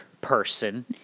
person